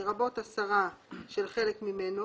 לרבות הסרה של חלק ממנו,